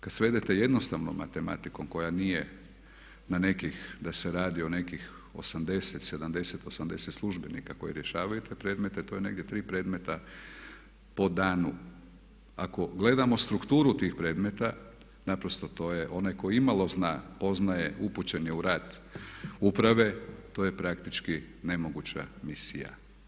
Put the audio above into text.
Kad svedete jednostavnom matematikom koja nije na nekih, da se radi o nekih 80, 70, 80 službenika koji rješavaju te predmete to je negdje 3 predmeta po danu, ako gledamo strukturu tih predmeta naprosto to je onaj koji imalo zna, poznaje, upućen je u rad uprave to je praktički nemoguća misija.